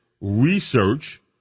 research